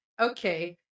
Okay